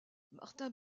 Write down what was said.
martin